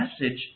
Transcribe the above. message